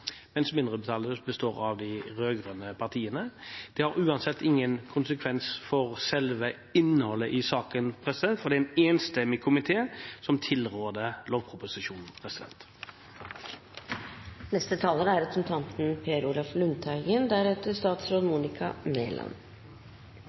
mens mindretallet består av de rød-grønne partiene. Dette har uansett ingen konsekvens for selve innholdet i saken, for det er en enstemmig komité som tilråder lovproposisjonen. Det er korrekt som saksordføreren sa, at det er